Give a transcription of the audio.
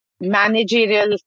managerial